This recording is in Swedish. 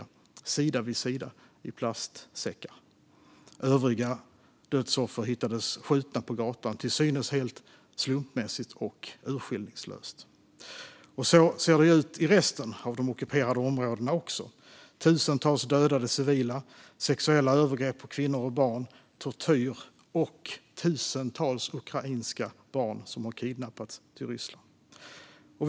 De låg sida vid sida i plastsäckar. Övriga dödsoffer hittades skjutna på gatan, till synes helt slumpmässigt och urskillningslöst. Så ser det ut även i resten av de ockuperade områdena: tusentals dödade civila, sexuella övergrepp på kvinnor och barn, tortyr och tusentals ukrainska barn som har kidnappats till Ryssland.